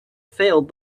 failed